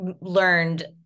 learned